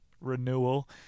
Renewal